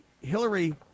Hillary